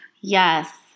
Yes